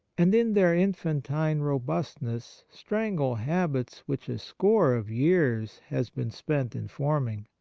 and in their infantine robust ness strangle habits which a score of years has been spent in forming.